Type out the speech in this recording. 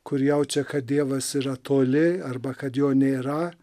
kur jaučia kad dievas yra toli arba kad jo nėra